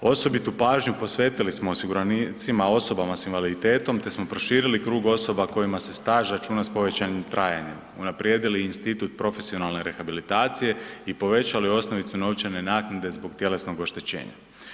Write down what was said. Osobitu pažnju posvetili smo osiguranicima osobama s invaliditetom te smo proširili krug osoba kojima se staž računa s povećanim trajanjem, unaprijedili institut profesionalne rehabilitacije i povećali osnovicu novčane naknade zbog tjelesnog oštećenja.